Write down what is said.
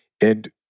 and-